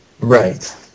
Right